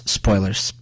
spoilers